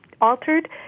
altered